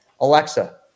Alexa